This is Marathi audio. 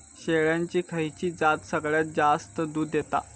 शेळ्यांची खयची जात सगळ्यात जास्त दूध देता?